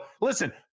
listen